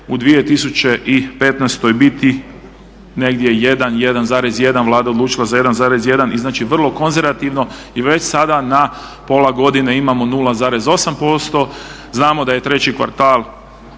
u 2015. biti negdje 1, 1,1, Vlada je odlučila za 1,1 i znači vrlo konzervativno i već sada na pola godine imamo 0,8%. Znamo da je 3. kvartal